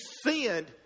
sinned